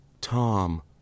Tom